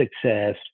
success